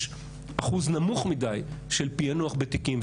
יש אחוז מדיי של פיענוח בתיקים,